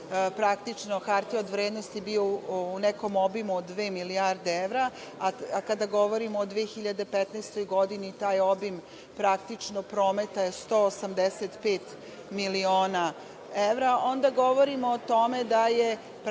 praktično, hartija od vrednosti bio u nekom obimu od dve milijarde evra, a kada govorimo o 2015. godini taj obim praktično prometa je 185 miliona evra, onda govorimo o tome da je tržište